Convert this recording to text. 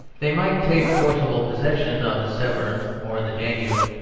they might take forcible possession of the severn or the danube,